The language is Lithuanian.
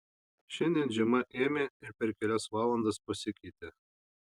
šiandien žiema ėmė ir per kelias valandas pasikeitė